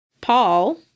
Paul